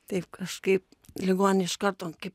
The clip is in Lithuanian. taip kažkaip ligoninėj iš karto kaip